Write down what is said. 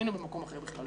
היינו במקום אחר בכלל.